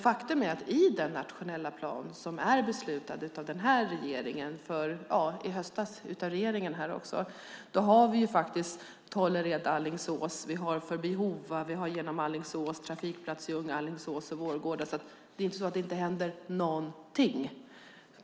Faktum är att i den nationella plan som är beslutad av den här regeringen i höstas finns sträckan Tollered-Alingsås, Förbi Hova, genom Alingsås, Trafikplats Jung och Vårgårda. Det är inte så att det inte händer någonting.